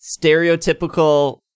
stereotypical